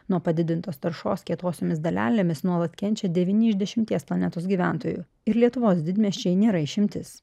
nuo padidintos taršos kietosiomis dalelėmis nuolat kenčia devyni iš dešimties planetos gyventojų ir lietuvos didmiesčiai nėra išimtis